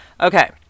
Okay